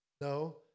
No